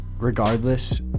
Regardless